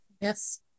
Yes